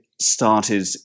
started